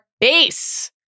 Base